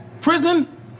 prison